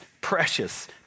precious